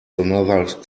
another